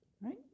Right